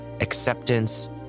acceptance